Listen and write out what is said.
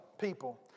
People